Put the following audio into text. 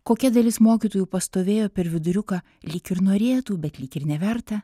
kokia dalis mokytojų pastovėjo per viduriuką lyg ir norėtų bet lyg ir neverta